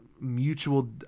mutual